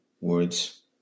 words